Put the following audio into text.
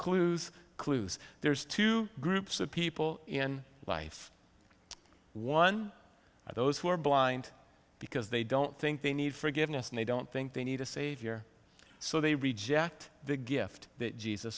clues clues there's two groups of people in life one of those who are blind because they don't think they need forgiveness and they don't think they need a savior so they reject the gift that jesus